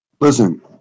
Listen